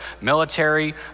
military